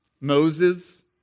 Moses